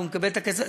והוא מקבל את הכסף.